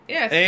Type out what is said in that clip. Yes